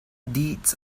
deeds